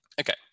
Okay